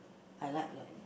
I like